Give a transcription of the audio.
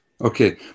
Okay